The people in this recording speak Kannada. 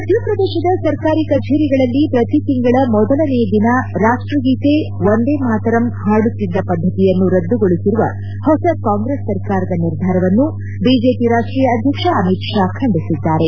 ಮಧ್ಯಪ್ರದೇಶದ ಸರ್ಕಾರಿ ಕಚೇರಿಗಳಲ್ಲಿ ಪ್ರತಿ ತಿಂಗಳ ಮೊದಲನೇ ದಿನ ರಾಷ್ಟಗೀತೆ ವಂದೇಮಾತರಂ ಹಾಡುತ್ತಿದ್ದ ಪದ್ದತಿಯನ್ನು ರದ್ದುಗೊಳಿಸಿರುವ ಹೊಸ ಕಾಂಗ್ರೆಸ್ ಸರ್ಕಾರದ ನಿರ್ಧಾರವನ್ನು ಬಿಜೆಪಿ ರಾಷ್ಟ್ರೀಯ ಅಧ್ಯಕ್ಷ ಅಮಿತ್ ಶಾ ಖಂಡಿಸಿದ್ದಾರೆ